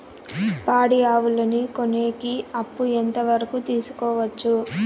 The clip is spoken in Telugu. పాడి ఆవులని కొనేకి అప్పు ఎంత వరకు తీసుకోవచ్చు?